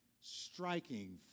striking